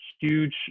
huge